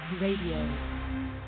Radio